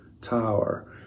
Tower